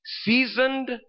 seasoned